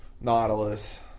Nautilus